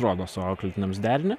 rodo savo auklėtiniams derinį